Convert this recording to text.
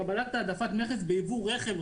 קבלת העדפת מכס ביבוא רכב,